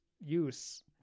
use